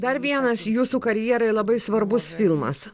dar vienas jūsų karjerai labai svarbus filmas